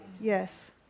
Yes